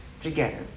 together